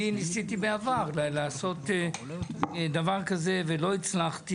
אני ניסיתי בעבר לעשות דבר כזה ולא הצלחתי,